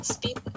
Speed